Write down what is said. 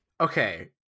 okay